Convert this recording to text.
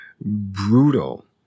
brutal